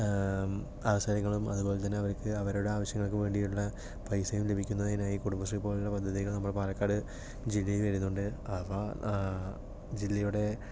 അവസരങ്ങളും അതുപോലെ തന്നെ അവർക്ക് അവരുടെ ആവശ്യങ്ങൾക്ക് വേണ്ടിയുള്ള പൈസയും ലഭിക്കുന്നതിനായി കുടുംബശ്രീ പോലുള്ള പദ്ധതികൾ നമ്മുടെ പാലക്കാട് ജില്ലയിൽ വരുന്നുണ്ട് അവ ജില്ലയുടെ